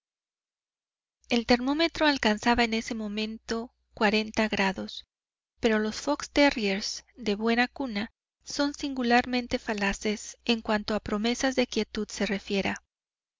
el termómetro alcanzaba en ese momento pero los fox terriers de buena cuna son singularmente falaces en cuanto a promesas de quietud se refiera